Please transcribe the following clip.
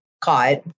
caught